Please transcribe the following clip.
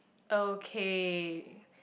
okay